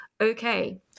okay